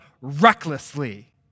recklessly